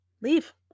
Leave